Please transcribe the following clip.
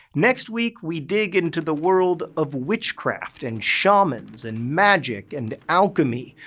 next week we dig into the world of witchcraft, and shamans, and magic, and alchemy,